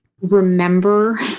remember